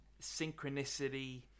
synchronicity